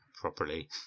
properly